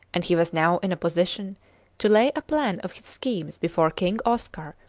and he was now in a position to lay a plan of his schemes before king oscar,